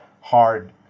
hard